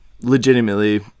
legitimately